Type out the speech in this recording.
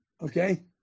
Okay